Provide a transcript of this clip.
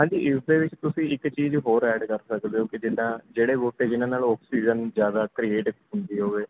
ਹਾਂਜੀ ਇਸ ਦੇ ਵਿੱਚ ਤੁਸੀਂ ਇੱਕ ਚੀਜ਼ ਹੋਰ ਐਡ ਕਰ ਸਕਦੇ ਹੋ ਕਿ ਜਿੱਦਾਂ ਜਿਹੜੇ ਬੂਟੇ ਜਿਹਨਾਂ ਨਾਲ ਆਕਸੀਜਨ ਜ਼ਿਆਦਾ ਕ੍ਰੀਏਟ ਹੁੰਦੀ ਹੋਵੇ